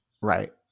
right